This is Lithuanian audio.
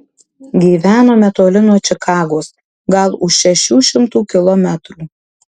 gyvenome toli nuo čikagos gal už šešių šimtų kilometrų